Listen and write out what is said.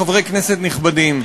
חברי כנסת נכבדים,